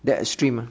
that extreme ah